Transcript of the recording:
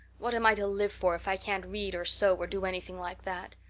what am i to live for if i can't read or sew or do anything like that?